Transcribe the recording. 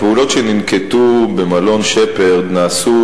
הפעולות שננקטו במלון "שפרד" נעשו